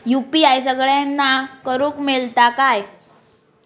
UPI सगळ्यांना करुक मेलता काय?